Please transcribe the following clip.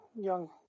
young